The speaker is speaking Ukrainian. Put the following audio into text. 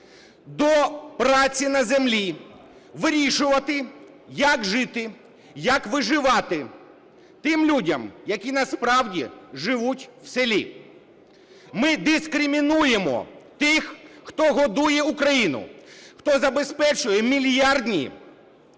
до праці на землі, вирішувати, як жити, як виживати тим людям, які насправді живуть в селі. Ми дискримінуємо тих, хто годує Україну, хто забезпечує мільярдні